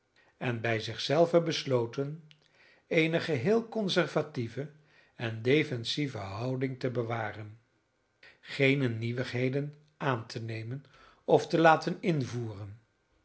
en bij zich zelve besloten eene geheel conservatieve en defensieve houding te bewaren geene nieuwigheden aan te nemen of te laten invoeren